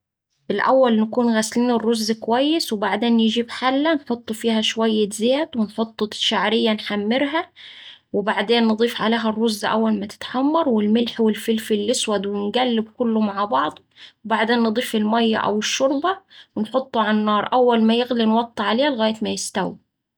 الأول نكون غاسلين الرز كويس، وبعدين نجيب حلة نحط فيها شوية زيت ونحط الشعرية نحمرها وبعدين نضيف عليها الرز أول ما تتحمر والملح والفلفل الإسود ونقلب كله مع بعضه وبعدين نضيف الميا أو الشوربة ونحطه على النار أول ما يغلي نوطي عليه لغاية ما يستوي.